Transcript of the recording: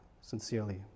Sincerely